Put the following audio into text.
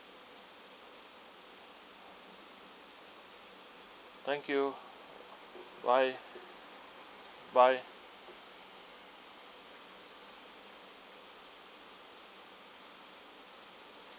thank you bye bye